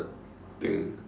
thing